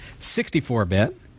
64-bit